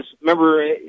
remember